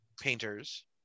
painters